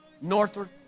northward